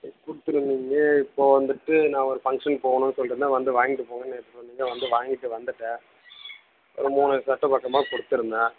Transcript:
தைச்சு கொடுத்துருந்தீங்க இப்போது வந்துட்டு நான் ஒரு ஃபங்க்ஷன் போகணுன்னு சொல்லிகிட்ருந்தேன் வந்து வாங்கிகிட்டு போங்கன்னு நேற்று சொன்னீங்க வந்து வாங்கிட்டு வந்துவிட்டேன் ஒரு மூணு சர்ட்டு மட்டும்தான் கொடுத்துருந்தேன்